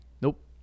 Nope